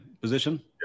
position